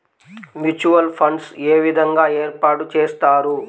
Mutual funds ఏ విధంగా ఏర్పాటు చేస్తారు?